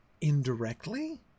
indirectly